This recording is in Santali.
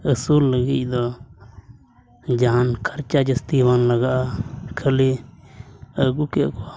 ᱟᱹᱥᱩᱞ ᱞᱟᱹᱜᱤᱫ ᱫᱚ ᱡᱟᱦᱟᱱ ᱠᱷᱟᱨᱪᱟ ᱡᱟᱹᱥᱛᱤ ᱵᱟᱝ ᱞᱟᱜᱟᱜᱼᱟ ᱠᱷᱟᱹᱞᱤ ᱟᱹᱜᱩ ᱠᱮᱫ ᱠᱚᱣᱟᱢ